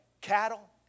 cattle